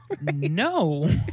No